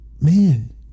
man